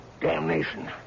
Damnation